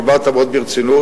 דיברת מאוד ברצינות,